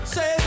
Say